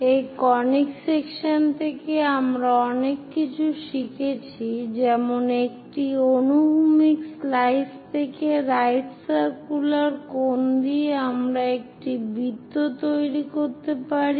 এই conic section থেকে আমরা অনেক কিছু শিখেছি যেমন একটি অনুভূমিক স্লাইস থেকে রাইট সার্কুলার কোন দিয়ে আমরা একটি বৃত্ত তৈরি করতে পারি